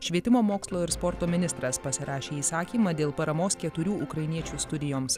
švietimo mokslo ir sporto ministras pasirašė įsakymą dėl paramos keturių ukrainiečių studijoms